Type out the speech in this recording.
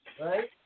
Right